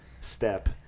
step